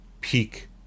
peak